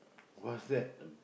what's that